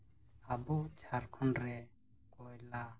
ᱟᱵᱚ ᱡᱷᱟᱲᱠᱷᱚᱸᱰ ᱨᱮ ᱠᱚᱭᱞᱟ